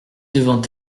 devant